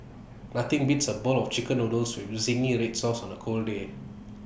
nothing beats A bowl of Chicken Noodles with Zingy Red Sauce on A cold day